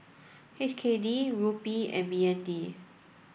H K D Rupee and B N D